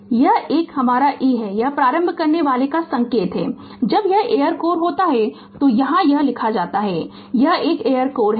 Refer Slide Time 1041 यह एक हमारा यह e यह प्रारंभ करनेवाला का संकेत है जब यह एयर कोर होता है तो यहां यह लिखा जाता है कि यह एक एयर कोर है